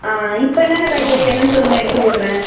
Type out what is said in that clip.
ஆ இப்போ என்னென்ன காய்கறி வேணுன் சொல்லுங்கள் எடுத்து போடுகிறேன்